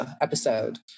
episode